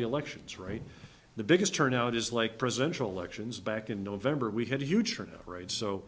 the elections right the biggest turnout is like presidential elections back in november we had a huge turnout right so